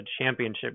championship